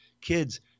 kids